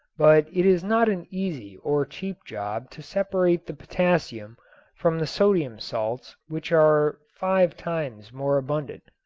but it is not an easy or cheap job to separate the potassium from the sodium salts which are five times more abundant.